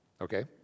okay